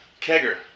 Kegger